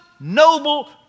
noble